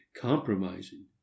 compromising